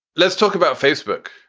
let's talk about facebook.